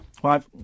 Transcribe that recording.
five